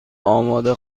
آماده